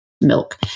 Milk